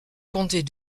compter